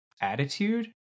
attitude